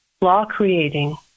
law-creating